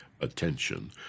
attention